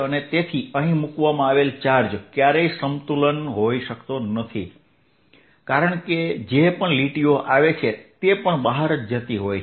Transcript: અને તેથી અહીં મૂકવામાં આવેલ ચાર્જ ક્યારેય સંતુલન હોઈ શકતો નથી કારણ કે જે પણ લીટીઓ આવે છે તે પણ બહાર જતી હોય છે